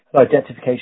identification